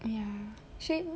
!aiya! she